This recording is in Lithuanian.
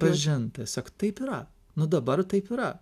pažint tiesiog taip yra nu dabar taip yra